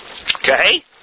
Okay